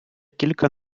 кілька